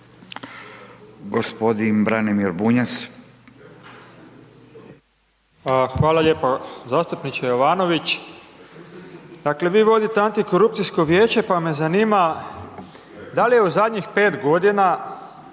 Hvala lijepo. Zastupniče Jovanović,